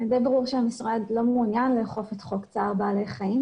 די ברור שהמשרד לא מעוניין לאכוף את חוק צער בעלי חיים.